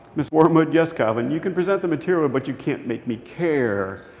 miss wormwood? yes, calvin. you can present the material, but you can't make me care.